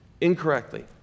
incorrectly